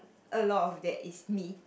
a lot of there is me